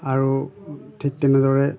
আৰু ঠিক তেনেদৰে